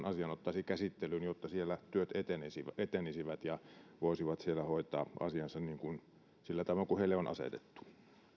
asian ottaisi käsittelyyn jotta siellä työt etenisivät etenisivät ja he voisivat siellä hoitaa asiansa sillä tavoin kuin heille on asetettu